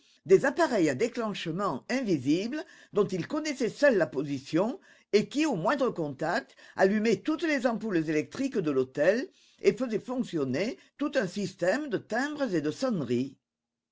des appareils à déclenchement invisibles dont il connaissait seul la position et qui au moindre contact allumaient toutes les ampoules électriques de l'hôtel et faisaient fonctionner tout un système de timbres et de sonneries